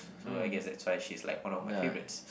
so I guess that's why she's like one of my favourites